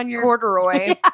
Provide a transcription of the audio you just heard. corduroy